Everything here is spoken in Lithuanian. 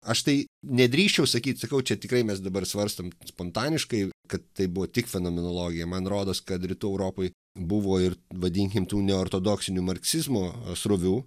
aš tai nedrįsčiau sakyt sakau čia tikrai mes dabar svarstom spontaniškai kad tai buvo tik fenomenologija man rodos kad rytų europoj buvo ir vadinkim tų neortodoksinių marksizmo srovių